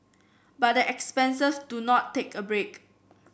but the expenses do not take a break